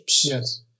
Yes